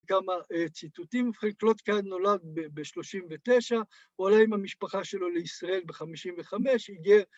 ‫כמה ציטוטים. ‫קלוטקין נולד ב-39', ‫הוא עולה עם המשפחה שלו ‫לישראל ב-55', ‫הגיע...